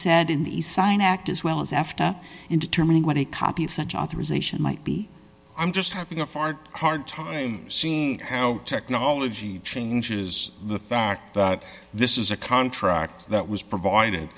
said in the sign act as well as after in determining what a copy of such authorization might be i'm just having a fart hard time seeing how technology changes the fact that this is a contract that was provided